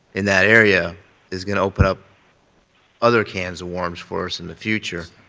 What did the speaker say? in that area is going to open up other cans of worms for us in the future,